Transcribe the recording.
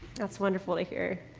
that's wonderful to hear.